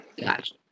Gotcha